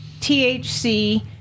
THC